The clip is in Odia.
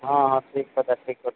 ହଁ ହଁ ଠିକ୍ କଥା ଠିକ୍ କଥା